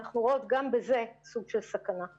את אומרת שכרגע מה שאת יודעת